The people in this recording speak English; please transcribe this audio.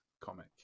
comic